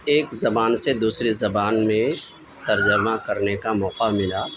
ایک زبان سے دوسرے زبان میں ترجمہ کرنے کا موقع ملا